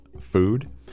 food